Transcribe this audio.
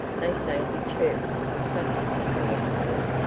they say he chirps with such a cockney accent.